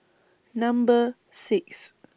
Number six